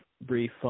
brief